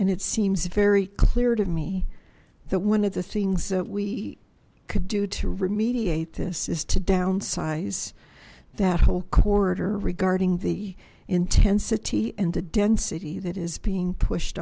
and it seems very clear to me that one of the things that we could do to remediate this is to downsize that whole corridor regarding the intensity and a density that is being pushed